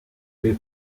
mes